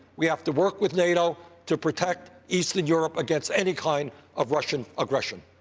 we have to work with nato to protect eastern europe against any kind of russian aggression.